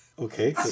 Okay